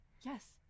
yes